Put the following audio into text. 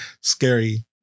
scary